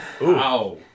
Wow